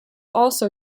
also